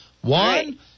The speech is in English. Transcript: One